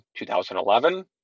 2011